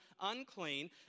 unclean